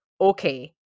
Okay